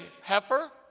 heifer